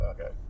Okay